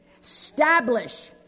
Establish